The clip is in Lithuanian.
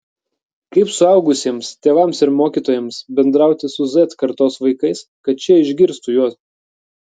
kaip suaugusiems tėvams ir mokytojams bendrauti su z kartos vaikais kad šie išgirstų juos